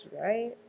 right